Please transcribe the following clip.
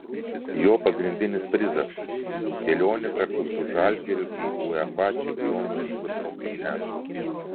jo pagrindinis prizas kelionė kartu su žalgiriu į uefa čempionų lygos rungtynes